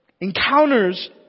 encounters